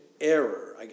Error